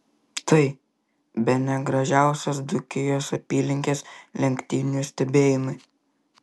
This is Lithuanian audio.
tai bene gražiausios dzūkijos apylinkės lenktynių stebėjimui